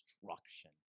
destruction